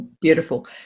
Beautiful